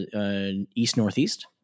east-northeast